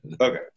Okay